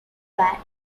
were